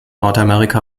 nordamerika